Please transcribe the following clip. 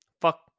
Fuck